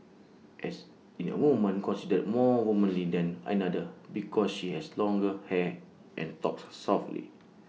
as in A woman considered more womanly than another because she has longer hair and talks softly